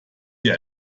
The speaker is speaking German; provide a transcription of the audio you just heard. hier